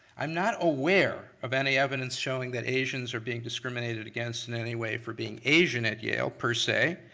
i'm not aware of any evidence showing that asians are being discriminated against in any way for being asian at yale per se.